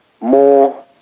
more